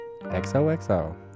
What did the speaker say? XOXO